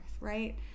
right